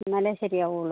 എന്നാലേ ശരിയാവുള്ളൂ